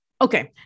Okay